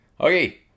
Okay